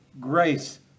Grace